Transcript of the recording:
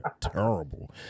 terrible